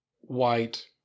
white